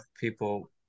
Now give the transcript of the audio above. people